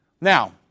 Now